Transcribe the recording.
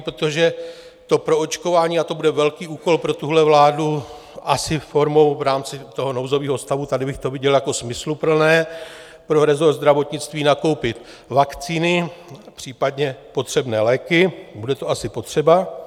Protože to proočkování, a to bude velký úkol pro tuhle vládu, asi formou v rámci toho nouzového stavu, tady bych to viděl jako smysluplné pro resort zdravotnictví, nakoupit vakcíny, případně potřebné léky, bude to asi potřeba.